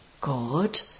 God